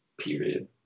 period